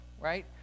Right